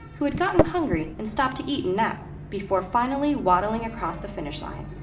who had gotten hungry and stopped to eat and nap before finally waddling across the finish line.